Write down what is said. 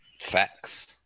Facts